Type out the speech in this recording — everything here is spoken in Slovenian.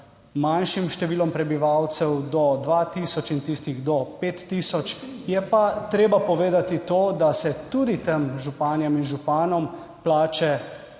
manjšim številom prebivalcev, do 2 tisoč, in tistih do 5 tisoč. Je pa treba povedati, da se tudi tem županjam in županom plače